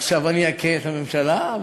עכשיו אכה את הממשלה.